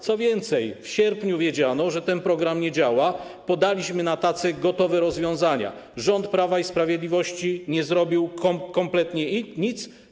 Co więcej, w sierpniu wiedziano, że ten program nie działa, podaliśmy na tacy gotowe rozwiązania, rząd Prawa i Sprawiedliwości nie zarobił kompletnie nic.